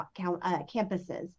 campuses